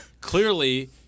clearly